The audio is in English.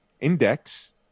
Index